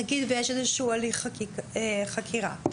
אם יש הליך חקירה?